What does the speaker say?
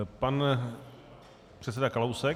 Pan předseda Kalousek.